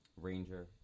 Ranger